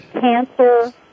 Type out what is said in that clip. cancer